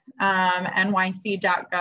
nyc.gov